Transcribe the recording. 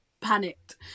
panicked